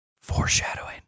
foreshadowing